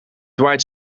white